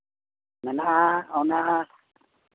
ᱢᱮᱟᱜᱼᱟ ᱚᱱᱟ